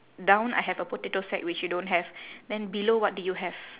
down I have a potato sack which you don't have then below what do you have